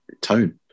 tone